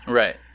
right